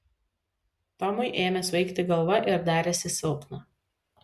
tomui ėmė svaigti galva ir darėsi silpna